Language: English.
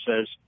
says